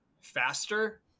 faster